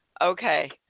Okay